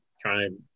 trying